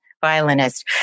Violinist